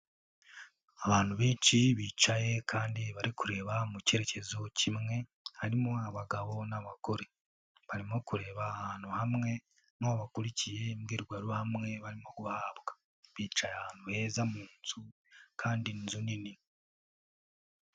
Abantu benshi bicaye kandi bari kureba mu cyerekezo kimwe harimo abagabo n'abagore, barimo kureba ahantu hamwe nkaho bakurikiye imbwirwaruhame barimo guhabwa, bicaye ahantu heza mu nzu kandi inzu nini.